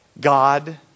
God